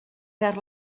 perd